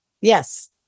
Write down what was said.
Yes